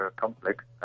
complex